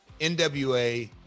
NWA